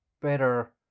better